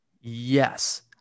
Yes